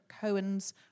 Cohen's